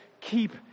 Keep